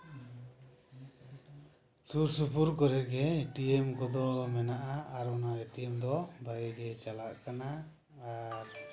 ᱥᱩᱨᱼᱥᱩᱯᱩᱨ ᱠᱚᱨᱮᱜᱮ ᱮᱴᱤᱭᱮᱢ ᱠᱚᱫᱚ ᱢᱮᱱᱟᱜᱼᱟ ᱟᱨ ᱚᱱᱟ ᱮᱴᱤᱭᱮᱢ ᱫᱚ ᱵᱷᱟᱜᱤ ᱜᱮ ᱪᱟᱞᱟᱜ ᱠᱟᱱᱟ ᱟᱨ